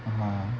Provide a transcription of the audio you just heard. (uh huh)